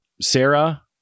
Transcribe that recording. Sarah